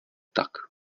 tak